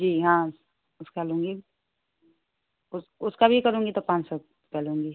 जी हाँ उसका लूँगी उस उसका भी करूँगी तो पाँच सौ रुपये लूँगी